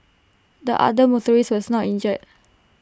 the other motorist was not injured